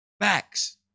facts